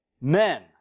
men